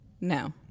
No